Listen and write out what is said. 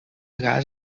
gas